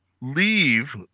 leave